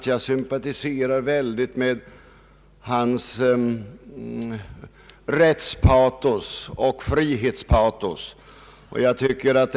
Jag sympatiserar i hög grad med hans rättspatos och frihetspatos.